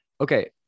Okay